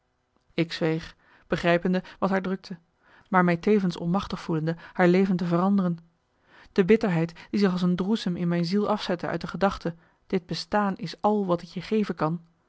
ik zweeg begrijpende wat haar drukte maar mij tevens onmachtig voelende haar leven te veranderen de bitterheid die zich als een droesem in mijn ziel afzette uit de gedachte dit bestaan is al wat ik je geven kan